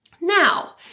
Now